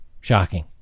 Shocking